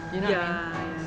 you know what I mean